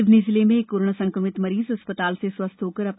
सिवनी जिले में एक कोरोना संक्रमित मरीज अस्पताल से स्वस्थ होकर घर लौट गया